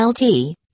LT